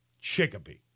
Chicopee